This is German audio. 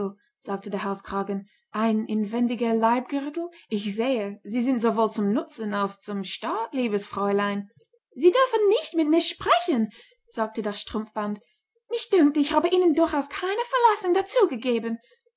sagte der halskragen ein inwendiger leibgürtel ich sehe sie sind sowohl zum nutzen als zum staat liebes fräulein sie dürfen nicht mit mir sprechen sagte das strumpfband mich dünkt ich habe ihnen durchaus keine veranlassung